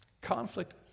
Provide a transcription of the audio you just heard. conflict